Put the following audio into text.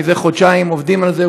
זה חודשיים עובדים על זה,